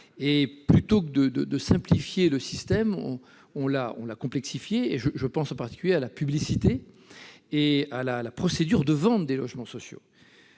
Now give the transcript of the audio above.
Au lieu de simplifier le système, on l'a complexifié ; je pense en particulier à la publicité et à la procédure de vente des logements sociaux.